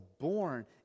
born